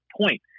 Point